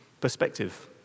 perspective